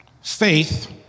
faith